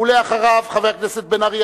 אחריו, חבר הכנסת בן-ארי.